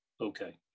Okay